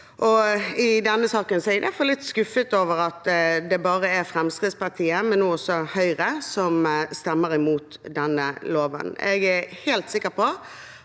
litt skuffet over at det bare er Fremskrittspartiet – men nå også Høyre – som stemmer imot denne loven. Jeg er helt sikker på